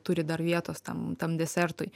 turi dar vietos tam tam desertui